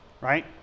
Right